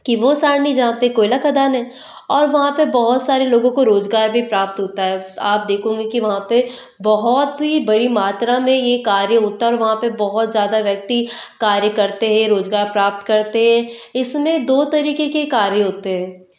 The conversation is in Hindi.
कि वो सारनी जहाँ पर कोयला खदान है और वहाँ पर बहुत सारे लोगों को रोजगार भी प्राप्त होता है आप देखोगे कि वहाँ पर बहुत ही बड़ी मात्रा में ये कार्य होता है और वहाँ पर बहुत ज्यादा व्यक्ति कार्य करते हैं रोजगार प्राप्त करते हैं इसमें दो तरीके के कार्य होते हैं